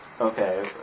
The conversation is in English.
Okay